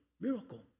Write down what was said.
Miracle